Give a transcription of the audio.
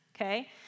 Okay